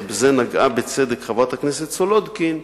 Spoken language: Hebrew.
ובזה נגעה בצדק חברת הכנסת סולודקין,